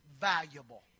valuable